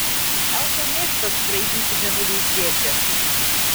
elfai mėgsta skraidyti mėnuliui šviečiant